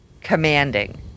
commanding